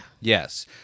Yes